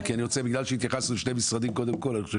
בגלל שהתייחסנו לשני משרדים קודם כל אני חושב